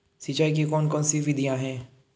सिंचाई की कौन कौन सी विधियां हैं?